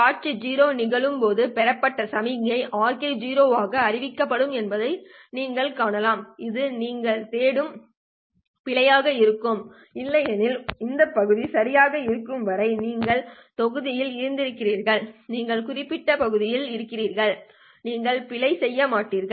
காட்சி 0 நிகழும் போது பெறப்பட்ட சமிக்ஞை rk 0 ஆக அறிவிக்கப்படும் என்பதை நீங்கள் காணலாம் இது நீங்கள் தேடும் பிழையாக இருக்கும் இல்லையெனில் இந்த பகுதி சரியாக இருக்கும் வரை நீங்கள் தொகுப்பில் இருக்கிறீர்கள் நீங்கள் இந்த குறிப்பிட்ட பகுதியில் இருக்கிறீர்கள் நீங்கள் பிழை செய்திருக்க மாட்டீர்கள்